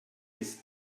his